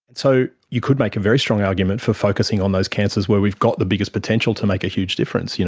and so you could make a very strong argument focusing on those cancers where we've got the biggest potential to make a huge difference, you